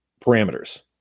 parameters